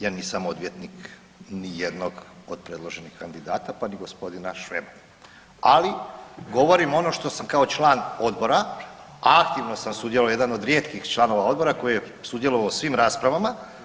Ja nisam odvjetnik ni jednog od predloženih kandidata, pa ni gospodina Šveba ali govorim ono što sam kao član odbora, a aktivno sam sudjelovao, jedan od rijetkih članova odbora koji je sudjelovao u svim raspravama.